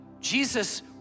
Jesus